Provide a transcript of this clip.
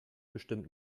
bestimmt